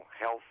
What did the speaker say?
health